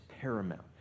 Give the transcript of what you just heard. paramount